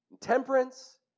temperance